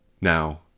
Now